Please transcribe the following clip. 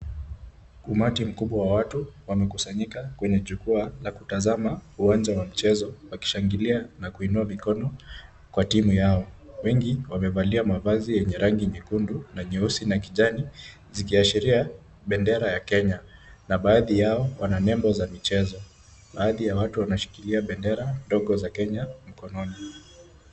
Umati mkubwa wa watu wamekusanyika kwenye jukwaa na kutazama uwanja wa mchezo wakishangilia na kuinua mikono kwa timu yao. Wengi wamevalia mavazi yenye rangi nyekundu na nyeusi na kijani zikiashiria bendera ya Kenya na baadhi yao wana nembo za michezo. Baadhi ya watu wanashikilia bendera ndogo za Kenya mkononi.